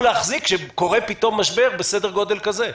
להחזיק כשקורה פתאום משבר בסדר גודל כזה.